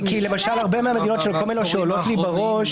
למשל הרבה מהמדינות של קומן לאו שעולות לי בראש,